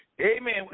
amen